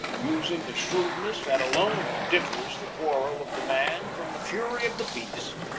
using the shrewdness that alone differs the quarrel of the man from the fury of the beast,